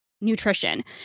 nutrition